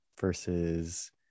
versus